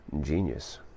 genius